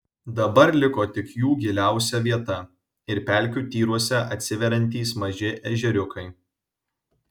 dabar liko tik jų giliausia vieta ir pelkių tyruose atsiveriantys maži ežeriukai